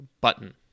button